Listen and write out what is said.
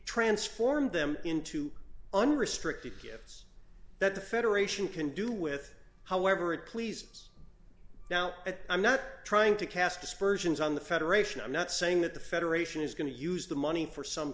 transformed them into unrestricted gifts that the federation can do with however it please now that i'm not trying to cast aspersions on the federation i'm not saying that the federation is going to use the money for some